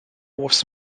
was